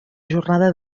jornada